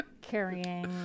carrying